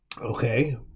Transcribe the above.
Okay